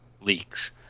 leaks